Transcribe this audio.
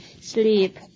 sleep